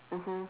mmhmm